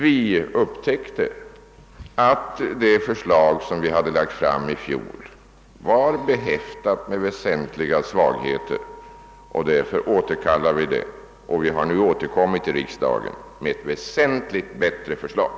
Vi upptäckte att det förslag vi hade lagt fram i fjol var behäftat med väsentliga svagheter. Därför återkallade vi det, och vi har nu återkommit till riksdagen med ett mycket bättre förslag.